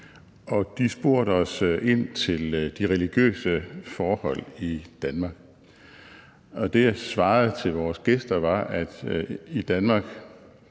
og de spurgte ind til de religiøse forhold i Danmark. Det, jeg svarede til vores gæster, var, at i Danmark